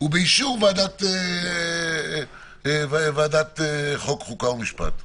ובאישור ועדת החוקה, חוק ומשפט.